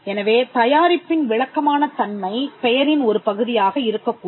எனவே தயாரிப்பின் விளக்கமான தன்மை பெயரின் ஒருபகுதியாக இருக்கக்கூடும்